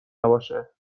نباشه